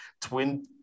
Twin